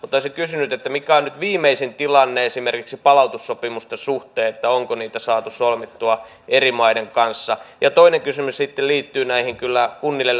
olisin kysynyt mikä on nyt viimeisin tilanne esimerkiksi palautussopimusten suhteen onko niitä saatu solmittua eri maiden kanssa ja toinen kysymys sitten liittyy näihin kunnille